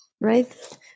right